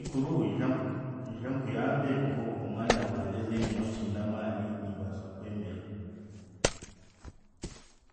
Ekikuru ija nku- ija nkuyambe nkuhe omwanya gwangye then nyowe nkiine amaani, nimbaasa kwemerera.